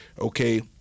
okay